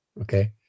okay